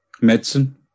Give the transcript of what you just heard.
medicine